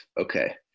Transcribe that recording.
Okay